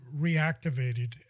reactivated